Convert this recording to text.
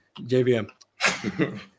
JVM